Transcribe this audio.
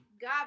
God